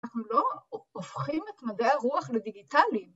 ‫אנחנו לא הופכים ‫את מדעי הרוח לדיגיטליים.